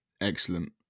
Excellent